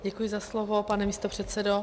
Děkuji za slovo, pane místopředsedo.